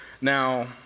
now